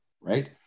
right